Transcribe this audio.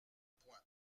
points